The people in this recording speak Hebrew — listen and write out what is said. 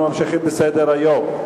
אנחנו ממשיכים בסדר-היום.